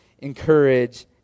encourage